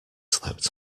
slept